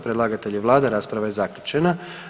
Predlagatelj je vlada, rasprava je zaključena.